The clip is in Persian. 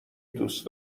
دوست